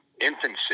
infancy